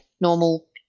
normal